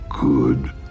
good